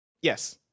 Yes